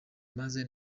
maze